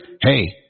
hey